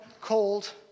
called